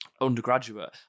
undergraduate